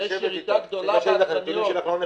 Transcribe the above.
יש ירידה גדולה בעגבניות.